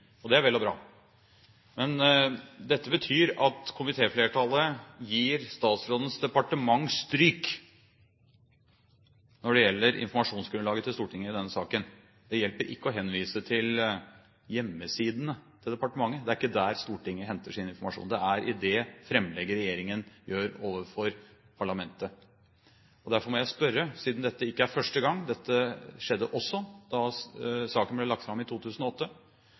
og det er vel og bra. Men dette betyr at komitéflertallet gir statsrådens departement stryk når det gjelder informasjonsgrunnlaget til Stortinget i denne saken. Det hjelper ikke å henvise til hjemmesidene til departementet. Det er ikke der Stortinget henter sin informasjon. Det er i det framlegget regjeringen gjør overfor parlamentet. Derfor må jeg spørre, siden dette ikke er første gang; dette skjedde også da saken ble lagt fram i 2008: